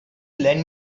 lend